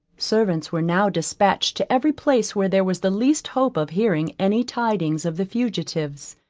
servants were now dispatched to every place where there was the least hope of hearing any tidings of the fugitives,